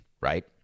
right